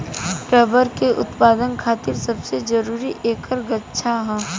rubber के उत्पदान खातिर सबसे जरूरी ऐकर गाछ ह